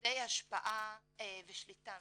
ובמוקדי ההשפעה והשליטה,